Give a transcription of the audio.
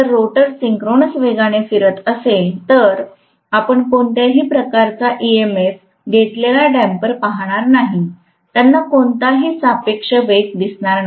जर rotor synchronous वेगाने फिरत असेल तर आपण कोणत्याही प्रकारचा ईएमएफ घेतलेलाडम्पर पाहणार नाही त्यांना कोणताही सापेक्ष वेग दिसणार नाही